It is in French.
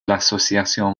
l’association